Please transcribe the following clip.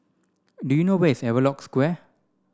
do you know where is Havelock Square